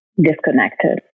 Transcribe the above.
disconnected